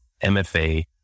MFA